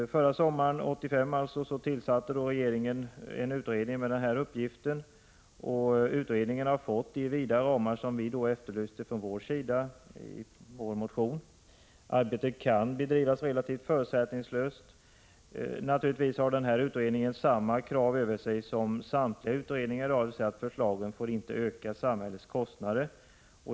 Sommaren 1985 tillsatte regeringen en utredning med den uppgiften. Utredningen har fått de vida ramar som vi efterlyste i vår motion. Arbetet kan bedrivas relativt förutsättningslöst. Naturligtvis har denna utredning samma krav över sig som samtliga utredningar i dag, dvs. att förslagen inte får öka samhällets kostnader.